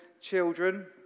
children